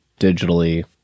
digitally